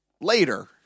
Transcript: Later